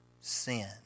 sin